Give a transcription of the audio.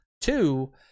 Two